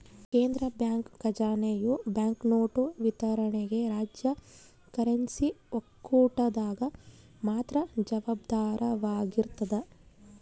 ಕೇಂದ್ರ ಬ್ಯಾಂಕ್ ಖಜಾನೆಯು ಬ್ಯಾಂಕ್ನೋಟು ವಿತರಣೆಗೆ ರಾಜ್ಯ ಕರೆನ್ಸಿ ಒಕ್ಕೂಟದಾಗ ಮಾತ್ರ ಜವಾಬ್ದಾರವಾಗಿರ್ತದ